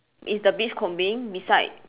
is the beach combing beside